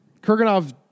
Kurganov